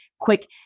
quick